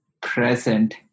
present